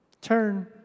Turn